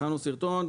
הכנו סרטון.